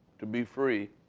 to be free,